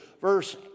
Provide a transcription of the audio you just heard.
Verse